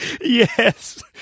Yes